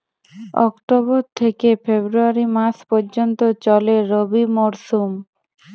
October থেকে February মাস পর্যন্ত চলে রবি মরসুম